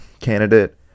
candidate